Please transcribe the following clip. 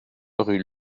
rue